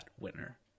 winner